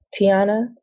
Tiana